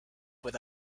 where